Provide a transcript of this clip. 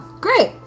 Great